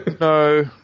No